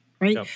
Right